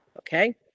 Okay